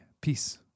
peace